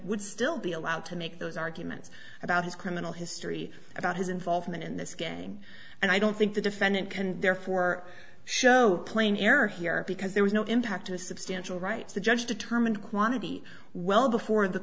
would still be allowed to make those arguments about his criminal history about his involvement in this game and i don't think the defendant can therefore show plain error here because there was no impact a substantial rights the judge determined quantity well before the